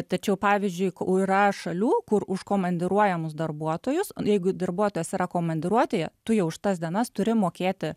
tačiau pavyzdžiui yra šalių kur už komandiruojamus darbuotojus jeigu darbuotojas yra komandiruotėje tu jau už tas dienas turi mokėti